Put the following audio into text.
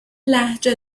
لهجه